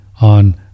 on